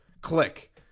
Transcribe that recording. Click